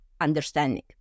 understanding